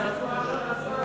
שיעשו משהו עם עצמם.